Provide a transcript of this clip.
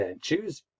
choose